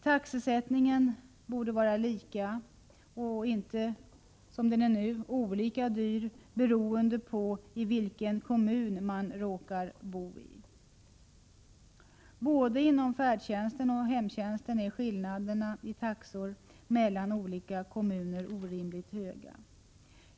Taxesättningen borde vara lika hög och inte som nu olika hög beroende på i vilken kommun man råkar bo. Inom både färdtjänsten och hemtjänsten är skillnaderna mellan olika kommuner orimligt stora.